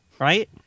Right